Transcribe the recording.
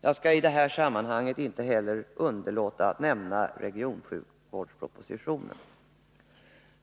Jag skall i detta sammanhang inte heller underlåta att nämna regionsjukvårdspropositionen.